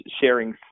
sharing